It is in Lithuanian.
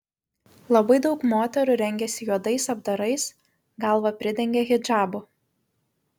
labai daug moterų rengiasi juodais apdarais galvą pridengia hidžabu